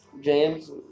James